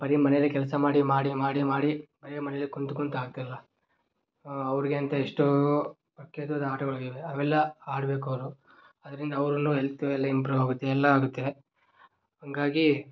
ಬರೀ ಮನೆಯಲ್ಲೇ ಕೆಲಸ ಮಾಡಿ ಮಾಡಿ ಮಾಡಿ ಮಾಡಿ ಅಯ್ಯೋ ಮನೆಯಲ್ಲೇ ಕೂತ್ಕೊಳ್ತಾ ಆಗ್ತಿಲ್ಲ ಅವರಿಗೆಂತ ಎಷ್ಟೋ ಪ್ರತ್ಯೇಕದ ಆಟಗಳು ಇವೆ ಅವೆಲ್ಲ ಆಡಬೇಕವ್ರು ಅದರಿಂದ ಅವರಲ್ಲೂ ಎಲ್ತು ಎಲ್ಲ ಇಂಪ್ರೂ ಆಗುತ್ತೆ ಎಲ್ಲ ಆಗುತ್ತೆ ಹಂಗಾಗಿ